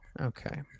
Okay